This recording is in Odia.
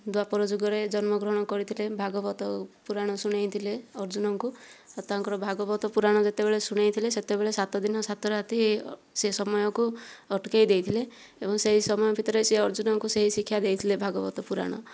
ଦ୍ଵାପର ଯୁଗରେ ଜନ୍ମଗ୍ରହଣ କରିଥିଲେ ଭାଗବତ ପୁରାଣ ଶୁଣାଇଥିଲେ ଅର୍ଜୁନଙ୍କୁ ଆଉ ତାଙ୍କର ଭାଗବତ ପୁରାଣ ଯେତେବେଳେ ଶୁଣାଇଥିଲେ ସେତେବେଳେ ସାତଦିନ ସାତରାତି ସେ ସମୟକୁ ଅଟକାଇ ଦେଇଥିଲେ ଏବଂ ସେହି ସମୟ ଭିତରେ ସେ ଅର୍ଜୁନଙ୍କୁ ସେହି ଶିକ୍ଷା ଦେଇଥିଲେ ଭାଗବତ ପୁରାଣ